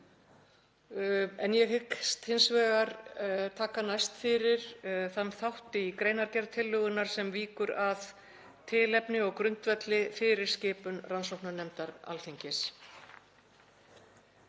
en ég hyggst hins vegar næst taka fyrir þann þátt í greinargerð tillögunnar sem víkur að tilefni og grundvelli fyrir skipun rannsóknarnefndar Alþingis.